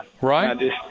Right